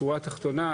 בשורה התחתונה,